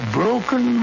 broken